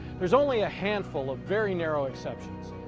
there's only a handful of very narrow exceptions,